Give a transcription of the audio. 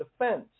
defense